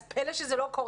אז פלא שזה לא קורה?